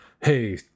hey